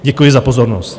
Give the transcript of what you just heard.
Děkuji za pozornost.